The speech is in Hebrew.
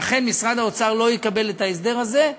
אכן משרד האוצר לא יקבל את ההסדר הזה,